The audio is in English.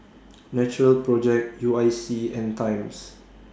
Natural Project U I C and Times